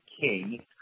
king